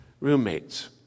roommates